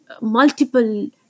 multiple